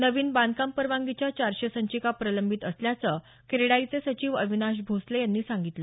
नवीन बांधकाम परवानगीच्या चारशे संचिका प्रलंबित असल्याचं क्रेडाईचे सचिव अविनाश भोसले यांनी सांगितलं